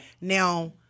Now